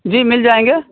جی مل جائیں گے